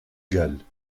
galles